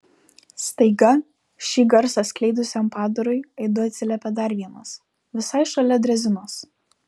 staiga šį garsą skleidusiam padarui aidu atsiliepė dar vienas visai šalia drezinos